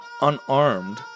unarmed